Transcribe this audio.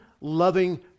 loving